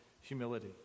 humility